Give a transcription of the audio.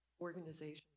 organizations